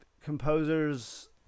composers